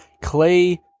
Clay